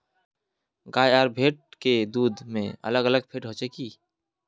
गाय आर भैंस के दूध में अलग अलग फेट होचे की?